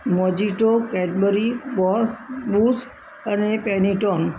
mojito Cadbury બોસ બુસ અને કેનિટોન